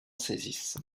saisisse